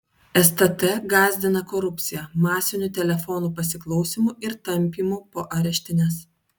stt gąsdina korupcija masiniu telefonų pasiklausymu ir tampymu po areštines